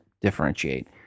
differentiate